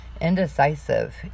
Indecisive